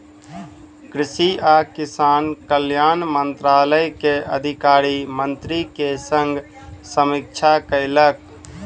कृषि आ किसान कल्याण मंत्रालय के अधिकारी मंत्री के संग समीक्षा कयलक